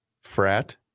Frat